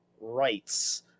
rights